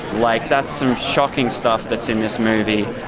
like that's some shocking stuff that's in this movie.